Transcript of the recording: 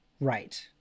Right